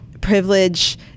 privilege